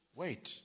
wait